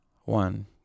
One